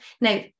Now